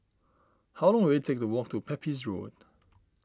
how long will it take to walk to Pepys Road